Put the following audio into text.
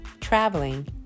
traveling